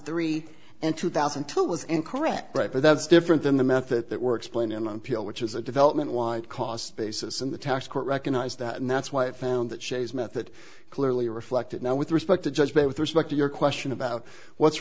three and two thousand and two was incorrect right but that's different than the method that works plain in an appeal which is a development wide cost basis and the tax court recognized that and that's why it found that shays met that clearly reflected now with respect to judgment with respect to your question about what's